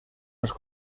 los